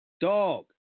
Dog